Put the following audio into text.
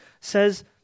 says